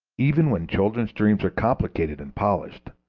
even when children's dreams are complicated and polished,